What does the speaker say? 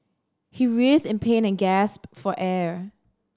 he writhed in pain and gasped for air